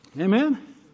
Amen